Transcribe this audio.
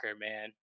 man